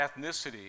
ethnicity